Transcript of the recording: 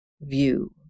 view